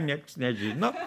nieks nežino